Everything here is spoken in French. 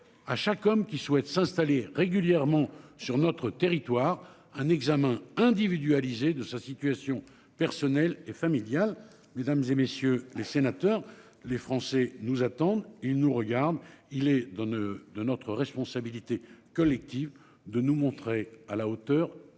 À chaque homme qui souhaitent s'installer régulièrement sur notre territoire un examen individualisé de sa situation personnelle et familiale mesdames et messieurs les sénateurs. Les Français nous attendent. Ils nous regardent, ils les donnent de notre responsabilité collective de nous montrer à la hauteur